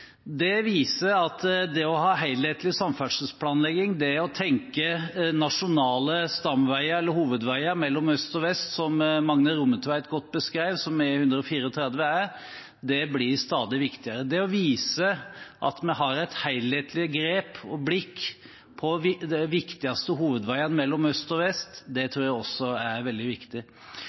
Det viser at det å ha helhetlig samferdselsplanlegging, det å tenke nasjonale stamveier eller hovedveier mellom øst og vest, som Magne Rommetveit godt beskrev, som E134 er, blir stadig viktigere. Det å vise at vi har et helhetlig grep og blikk på de viktigste hovedveiene mellom øst og vest, tror jeg også er veldig viktig.